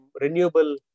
renewable